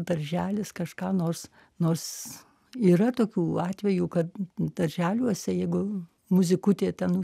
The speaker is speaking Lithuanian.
darželis kažką nors nors yra tokių atvejų kad darželiuose jeigu muzikutė ten